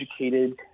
educated